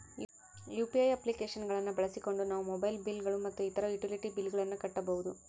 UPI application ಗಳನ್ನ ಬಳಸಿಕೊಂಡು ನಾವು ಮೊಬೈಲ್ ಬಿಲ್ ಗಳು ಮತ್ತು ಇತರ ಯುಟಿಲಿಟಿ ಬಿಲ್ ಗಳನ್ನ ಕಟ್ಟಬಹುದು